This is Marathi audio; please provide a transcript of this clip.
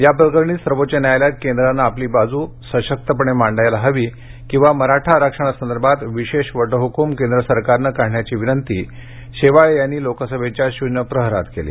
याप्रकरणी सर्वोच्च न्यायालयात केंद्राने आपली बाजू सशक्तपणे मांडायला हवी किंवा मराठा आरक्षणासंदर्भात विशेष वटहुकूम केंद्र सरकारने काढण्याची विनंती खासदार राहुल शेवाळे यांनी लोकसभेच्या शून्य प्रहरात केली